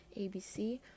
abc